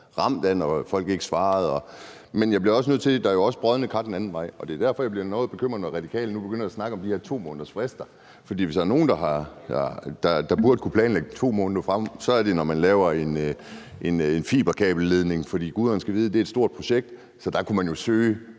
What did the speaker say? ramt af det, når folk ikke svarede. Men jeg bliver også nødt til at sige, at der også er brodne kar den anden vej, og det er derfor, jeg bliver noget bekymret, når Radikale nu begynder at snakke om de her 2-månedersfrister. Hvis der er nogen, der burde kunne planlægge 2 måneder frem, er det dem, der graver fiberkabler ned, for guderne skal vide, at det er et stort projekt. Der kunne man jo søge